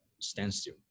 standstill